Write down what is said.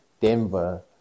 Denver